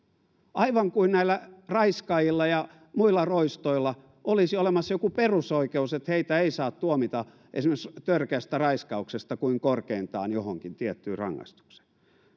aivan kuin näillä raiskaajilla ja muilla roistoilla olisi olemassa joku perusoikeus että heitä ei saa tuomita esimerkiksi törkeästä raiskauksesta kuin korkeintaan johonkin tiettyyn rangaistukseen